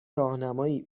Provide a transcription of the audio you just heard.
راهنمایی